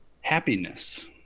Happiness